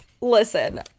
listen